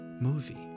movie